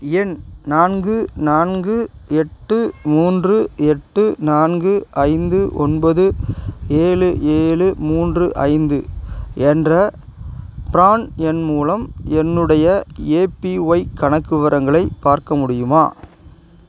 எண் நான்கு நான்கு எட்டு மூன்று எட்டு நான்கு ஐந்து ஒன்பது ஏழு ஏழு மூன்று ஐந்து என்ற பிரான் எண் மூலம் என்னுடைய ஏபிஒய் கணக்கு விவரங்களை பார்க்க முடியுமா